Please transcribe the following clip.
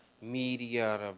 media